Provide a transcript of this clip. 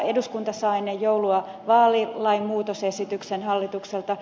eduskunta saa ennen joulua vaalilain muutosesityksen hallitukselta